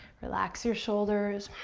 relax your shoulders.